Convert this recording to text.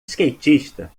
skatista